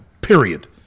period